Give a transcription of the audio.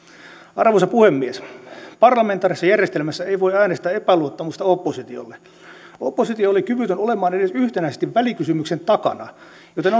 arvoisa puhemies parlamentaarisessa järjestelmässä ei voi äänestää epäluottamusta oppositiolle oppositio oli kyvytön olemaan edes yhtenäisesti välikysymyksen takana joten